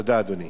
תודה, אדוני.